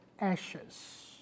ashes